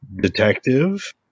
Detective